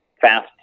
fast